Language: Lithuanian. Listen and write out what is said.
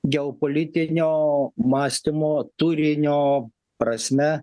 geopolitinio mąstymo turinio prasme